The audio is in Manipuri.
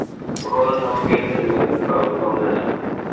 ꯑꯣ ꯊꯝꯃꯒꯦ ꯑꯗꯨꯗꯤ ꯍꯌꯦꯡ ꯑꯗꯨꯝ ꯄꯥꯎꯗꯨ ꯐꯥꯎꯅꯔꯁꯤ